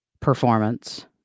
performance